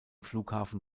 flughafen